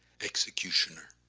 executioner,